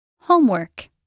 Homework